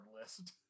list